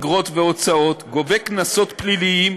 אגרות והוצאות גובה קנסות פליליים,